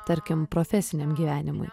tarkim profesiniam gyvenimui